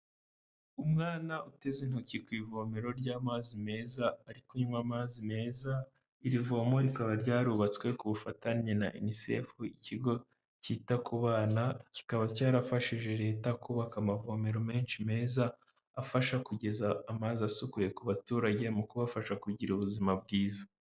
Umwana uteze intoki ku ivomero ry'amazi meza, ari kunywa amazi meza, iri vomo rikaba ryarubatswe ku bufatanye na UNICEF, ikigo cyita ku bana, kikaba cyarafashije leta kubaka amavomero menshi meza, afasha kugeza amazi asukuye ku baturage mu kubafasha kugira ubuzima bwiza.